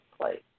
place